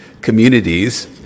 communities